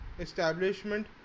Establishment